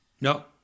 no